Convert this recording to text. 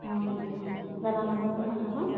অ দাদা নবৌহঁতৰ ভাল নহয়